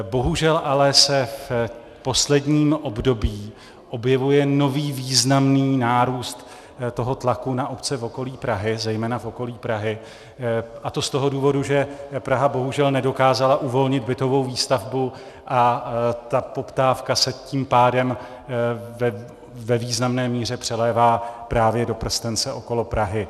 Bohužel ale se v posledním období objevuje nový významný nárůst toho tlaku na obce v okolí Prahy, zejména v okolí Prahy, a to z toho důvodu, že Praha bohužel nedokázala uvolnit bytovou výstavbu, a ta poptávka se tím pádem ve významné míře přelévá právě do prstence okolo Prahy.